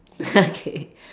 okay